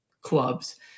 clubs